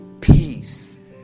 peace